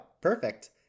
Perfect